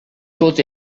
tot